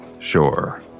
Sure